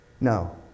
No